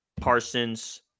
Parsons